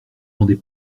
rendez